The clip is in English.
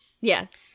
Yes